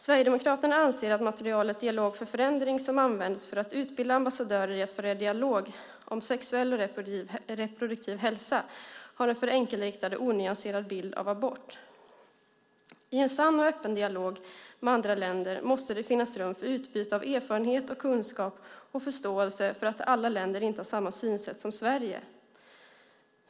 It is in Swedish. Sverigedemokraterna anser att materialet Dialog för förändring som används för att utbilda ambassadörer i att föra dialog om sexuell och reproduktiv hälsa har en för enkelriktad och onyanserad bild av abort. I en sann och öppen dialog med andra länder måste det finnas rum för utbyte av erfarenheter och kunskap och en förståelse för att alla länder inte har samma synsätt som Sverige.